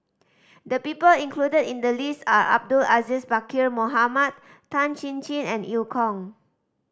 the people included in the list are Abdul Aziz Pakkeer Mohamed Tan Chin Chin and Eu Kong